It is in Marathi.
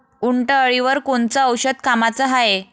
उंटअळीवर कोनचं औषध कामाचं हाये?